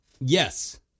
yes